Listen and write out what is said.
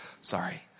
sorry